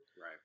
Right